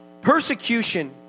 Persecution